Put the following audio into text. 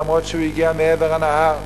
למרות שהוא הגיע מעבר הנהר,